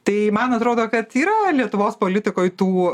tai man atrodo kad yra lietuvos politikoj tų